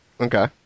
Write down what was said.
Okay